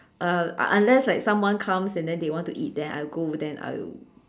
uh un~ unless like someone comes and then they want to eat then I go over then I will